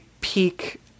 peak